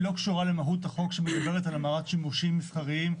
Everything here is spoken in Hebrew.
היא לא קשורה למהות החוק שמדבר על המרת שימושים מסחריים.